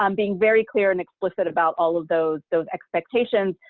um being very clear and explicit about all of those those expectations,